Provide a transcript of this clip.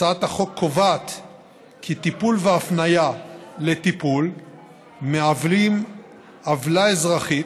הצעת החוק קובעת כי טיפול והפניה לטיפול מהווים עוולה אזרחית,